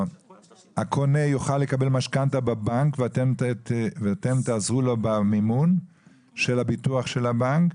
הקונה יוכל לקבל משכנתה בבנק ואתם תעזרו לו במימון של הביטוח של הבנק,